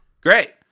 Great